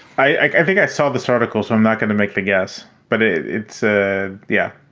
i think i saw this article, so i'm not going to make the guess, but it's. ah yeah,